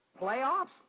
Playoffs